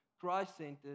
Christ-centered